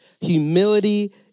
Humility